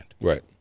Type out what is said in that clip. right